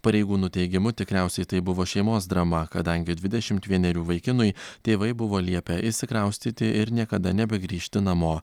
pareigūnų teigimu tikriausiai tai buvo šeimos drama kadangi dvidešimt vienerių vaikinui tėvai buvo liepę išsikraustyti ir niekada nebegrįžti namo